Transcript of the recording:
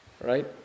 right